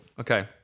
Okay